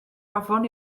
afon